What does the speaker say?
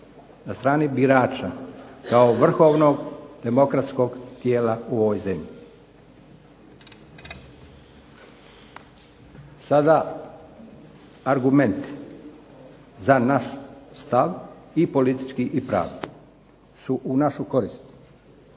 na strani birača kao vrhovnog demokratskog tijela u ovoj zemlji. Sada argumenti za naš stav i politički i pravni su u našu korist.